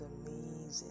amazing